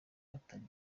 utari